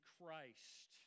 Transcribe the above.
Christ